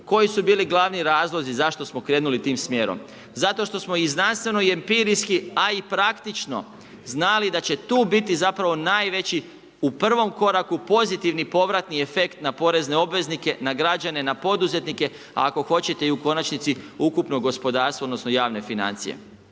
koji su bili glavni razlozi zašto smo krenuli tim smjerom. Zato što znanstveno i empirijski a i praktično znali da će tu biti zapravo u prvom koraku pozitivni povratni efekt na porezne obveznike, na građane, na poduzetnike a ako hoćete i u konačnici, ukupno gospodarstvo odnosno javne financije.